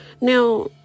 now